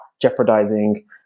jeopardizing